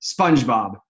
SpongeBob